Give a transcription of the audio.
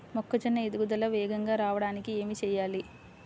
మొక్కజోన్న ఎదుగుదల వేగంగా రావడానికి ఏమి చెయ్యాలి?